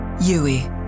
Yui